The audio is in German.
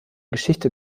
geschichte